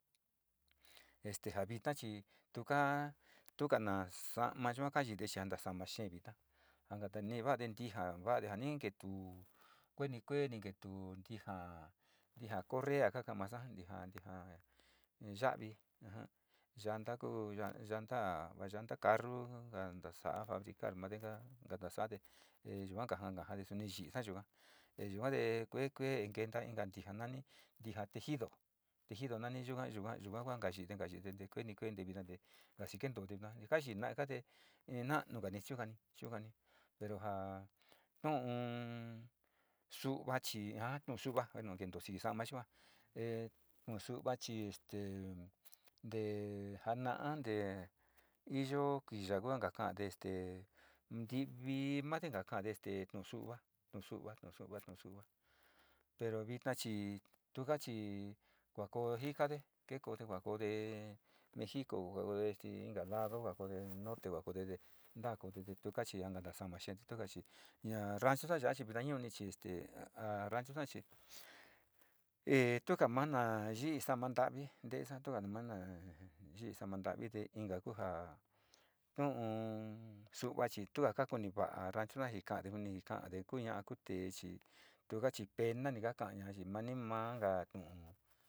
Este njavitna chí tuka'a tukana xamayo kayide yanda xa'ama xhevita, njaka'a ne'e deva ndetija vande janingentu kueni kueni ketuu ndijá, ndijá correa kakamaxa ndijan ndijan iin yavii ajan llanda kuu llan-llanda va llanda carro, nganda'a xa'a fabricar mandeja llankaxade he yuanka llankaxade nii yii yikuan he yuante kue kue enkenda inka kinja nani ndijan tejido tenjido nani yikuan yikuan yikua kuanga chindenka chidenke kueni kueni ndevinate ngaxhi kendondona nekaxhi nangate enanuu nichugani chungani pero nja'a nu'un xu'u vachi njan no'o xu'unga bueno kendoxixama yikuan he nuu xuva'a chi este nde'e njana'an nde iyo'o kiya'a nguanka kande este nrivi manndekakan de este nuxungua nuxungua nuxungua nuxungua pero vitna chí tunga chi huakonjika nde kekoxe kuanjode mexico ho este inka lado kuakode norte kuanjodede ndako detukachi ankana xamana xhende tukachi ña'a rancho xaya'a chi vidayuñi chi este ha rancho xanchi he tuka mana'a yi'i xa'a mandavi ndexatua mana'a he yii xamandavi dee inka kunja nuu uun xunga chitua kakoni va'a rancho na'a jikande juni kande kuña'a kuu techi tukachi pena nii ngakanña yii mani manga ku'un.